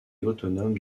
autonome